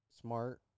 smart